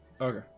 Okay